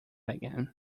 again